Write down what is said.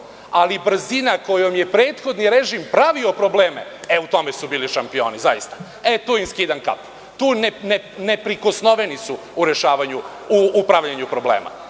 ali brzina kojom je prethodni režim pravio probleme, e, u tome su bili šampioni, zaista. E, tu im skidam kapu. Tu su neprikosnoveni u pravljenju problema.